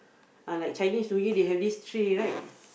ah like Chinese New Year they have this tree right